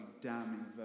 damning